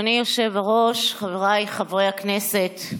אדוני היושב-ראש, חבריי חברי הכנסת,